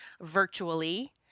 virtually